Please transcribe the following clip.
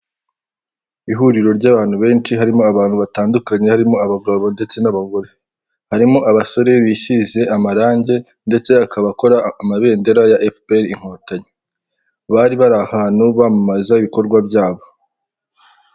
Ihuriro ry'abantu benshi harimo abantu batandukanye harimo abagabo ndetse n'abagore, harimo abasore bisize amarangi ndetse akaba akora amabendera ya FPR inkotanyi, bari bari ahantu bamamaza ibikorwa byabo.